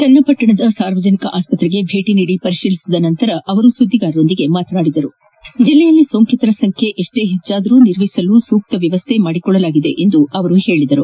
ಚನ್ನಪಟ್ಟಣದ ಸಾರ್ವಜನಿಕ ಆಸ್ತತ್ರೆಗೆ ಭೇಟಿ ನೀಡಿ ಪರಿಶೀಲಿಸಿದ ನಂತರ ಸುದ್ದಿಗಾರರೊಂದಿಗೆ ಮಾತನಾಡಿದ ಅವರು ಜಿಲ್ಲೆಯಲ್ಲಿ ಸೋಂಕಿತರ ಸಂಖ್ಯೆ ಎಷ್ಟೇ ಹೆಚ್ಚದರೂ ನಿರ್ವಹಿಸಲು ಸೂಕ್ತ ವ್ವವಸ್ಥೆ ಮಾಡಿಕೊಳ್ಳಲಾಗಿದೆ ಎಂದು ಹೇಳಿದರು